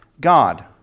God